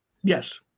Yes